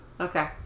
Okay